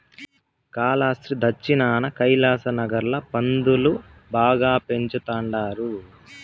కాలాస్త్రి దచ్చినాన కైలాసనగర్ ల పందులు బాగా పెంచతండారు